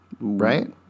right